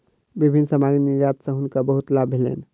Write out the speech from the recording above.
विभिन्न सामग्री निर्यात सॅ हुनका बहुत लाभ भेलैन